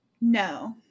No